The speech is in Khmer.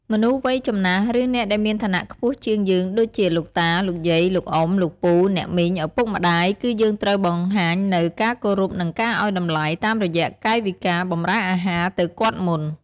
មនុស្សវ័យចំណាស់ ឬអ្នកដែលមានឋានៈខ្ពស់ជាងយើងដូចជា លោកតា លោកយាយ លោកអ៊ុំ លោកពូ អ្នកមីង ឪពុកម្ដាយ គឺយើងត្រូវបង្ហាញនូវ ការគោរព និងការឲ្យតម្លៃ តាមរយៈកាយវិការបម្រើអាហារទៅគាត់មុន។